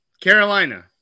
Carolina